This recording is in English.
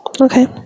Okay